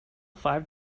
five